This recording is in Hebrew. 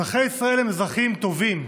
אזרחי ישראל הם אזרחים טובים.